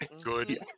Good